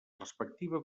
respectiva